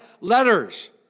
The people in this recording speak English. letters